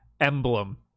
emblem